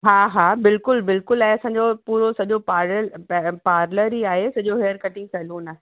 हा हा बिल्कुलु बिल्कुलु आहे असांजो पूरो सॼो पार्लर पार्लर ई आहे सॼो हेयर कटिंग सलून आहे